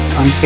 on